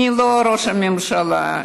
אני לא ראש הממשלה,